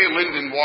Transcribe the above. Linden